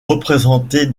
représentées